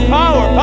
power